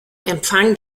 empfang